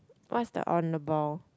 what's the on the ball